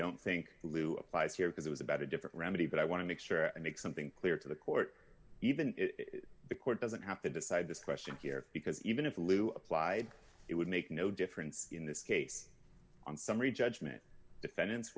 don't think lou applies here because it was about a different remedy but i want to make sure i make something clear to the court even if the court doesn't have to decide this question here because even if lou applied it would make no difference in this case on summary judgment defendants